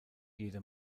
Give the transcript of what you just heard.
jede